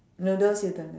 noodles you don't like